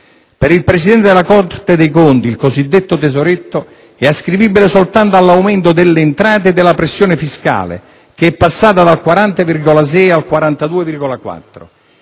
Per il presidente della Corte dei conti il cosiddetto tesoretto è ascrivibile soltanto «all'aumento delle entrate e della pressione fiscale», che è passata dal 40,6 al 42,4